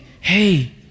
hey